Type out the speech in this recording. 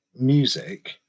music